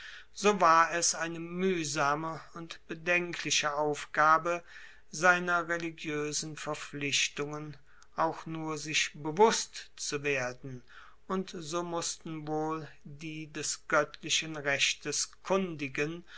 so war es eine muehsame und bedenkliche aufgabe seiner religioesen verpflichtungen auch nur sich bewusst zu werden und so mussten wohl die des goettlichen rechtes kundigen